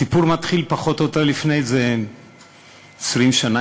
הסיפור מתחיל לפני כ-20 שנה,